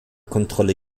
kontrolle